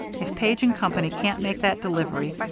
if page and company can't make that delivery,